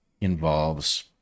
involves